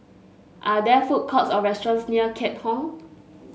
are there food courts or restaurants near Keat Hong